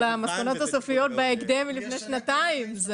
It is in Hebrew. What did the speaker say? למסקנות הסופיות בהקדם מלפני שנתיים.